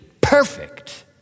perfect